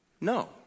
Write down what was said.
No